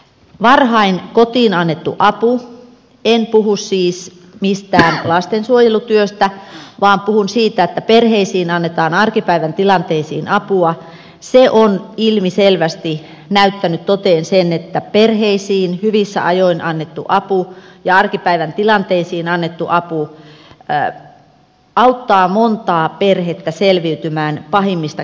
varhain kotiin annettu apu en puhu siis mistään lastensuojelutyöstä vaan puhun siitä että perheisiin annetaan arkipäivän tilanteisiin apua on ilmiselvästi näyttänyt toteen sen että perheisiin hyvissä ajoin annettu apu ja arkipäivän tilanteisiin annettu apu auttaa montaa perhettä selviytymään pahimmista kriiseistä